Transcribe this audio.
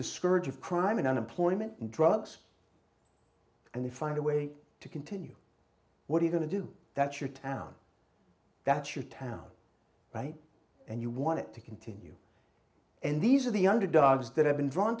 the scourge of crime and unemployment and drugs and they find a way to continue what are you going to do that your town that's your town right and you want it to continue and these are the underdogs that have been drawn